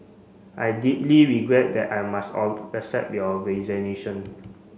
I deeply regret that I must all accept your resignation